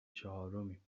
چهارمیم